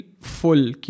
full